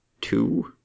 two